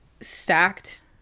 stacked